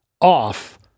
off